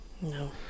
no